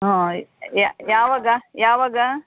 ಹ್ಞೂ ಯಾವಾಗ ಯಾವಾಗ